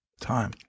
Time